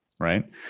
Right